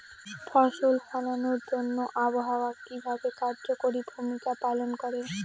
ফসল ফলানোর জন্য আবহাওয়া কিভাবে কার্যকরী ভূমিকা পালন করে?